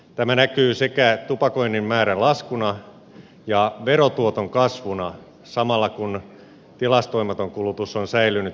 tämä näkyy sekä tupakoinnin määrän laskuna että verotuoton kasvuna samalla kun tilastoimaton kulutus on säilynyt toistaiseksi vakaana